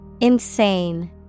Insane